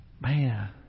man